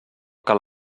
cal